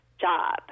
job